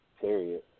period